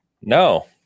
No